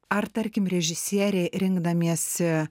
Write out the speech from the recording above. ar tarkim režisieriai rinkdamiesi